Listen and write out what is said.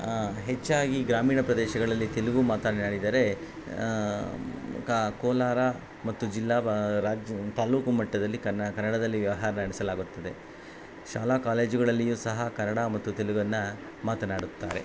ಹೆಚ್ಚಾಗಿ ಗ್ರಾಮೀಣ ಪ್ರದೇಶಗಳಲ್ಲಿ ತೆಲುಗು ಮಾತನಾಡಿದರೆ ಕ ಕೋಲಾರ ಮತ್ತು ಜಿಲ್ಲೆ ರಾಜ್ಯ ತಾಲೂಕು ಮಟ್ಟದಲ್ಲಿ ಕನ ಕನ್ನಡದಲ್ಲಿ ವ್ಯವಹಾರ ನಡೆಸಲಾಗುತ್ತದೆ ಶಾಲಾ ಕಾಲೇಜುಗಳಲ್ಲಿಯು ಸಹ ಕನ್ನಡ ಮತ್ತು ತೆಲುಗನ್ನು ಮಾತನಾಡುತ್ತಾರೆ